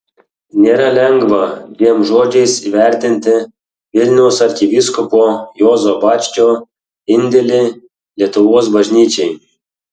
nėra lengva dviem žodžiais įvertinti vilniaus arkivyskupo juozo bačkio indėlį lietuvos bažnyčiai